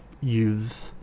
use